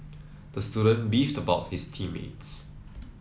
the student beefed about his team mates